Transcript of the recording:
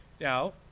Now